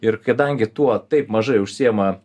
ir kadangi tuo taip mažai užsiima